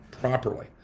properly